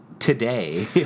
Today